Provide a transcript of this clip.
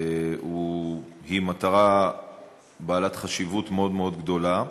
הוא מטרה בעלת חשיבות מאוד מאוד גדולה,